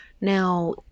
Now